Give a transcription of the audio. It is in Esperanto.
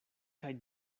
kaj